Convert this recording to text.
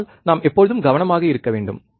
அதனால் நாம் எப்போதும் கவனமாக இருக்க வேண்டும்